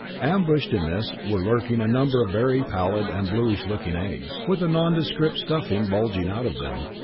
ambushed in this were lurking a number of very pallid and bluish-looking eggs, with a nondescript stuffing bulging out of them.